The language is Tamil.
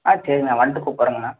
ஆ சரிண்ணா வந்துவிட்டு கூப்பிட்றேங்கண்ணா